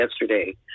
yesterday